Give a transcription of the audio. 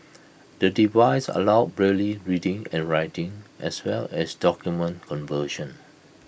the device allows braille reading and writing as well as document conversion